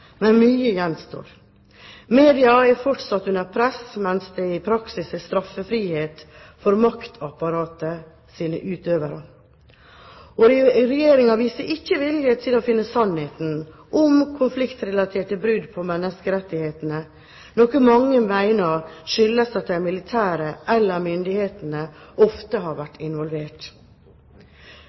men mye gjenstår. Media er fortsatt under press, mens det i praksis er straffrihet for maktapparatets utøvere, og regjeringen viser ikke vilje til å finne sannheten om konfliktrelaterte brudd på menneskerettighetene, noe mange mener skyldes at de militære eller myndighetene ofte har vært involvert.